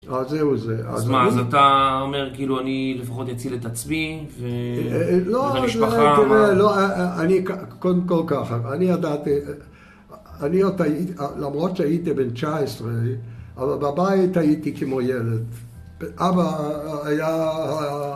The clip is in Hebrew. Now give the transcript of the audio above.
אז זהו זה. אז מה, אז אתה אומר, כאילו, אני לפחות אציל את עצמי ואת המשפחה. לא, אני כל כך... קודם כל ככה, אני ידעתי... אני עוד הייתי... למרות שהייתי בן 19, אבל בבית הייתי כמו ילד. אבא היה...